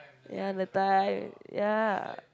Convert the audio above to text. ya the time ya